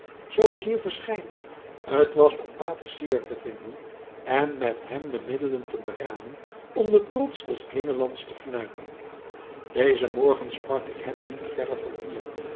zoo ik hier verschijn het was om pater syard te vinden en met hem de middelen te beramen om den trots des dwingelands te fnuiken dezen morgen sprak ik hem niet verre van hier